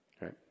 right